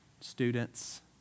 students